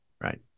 Right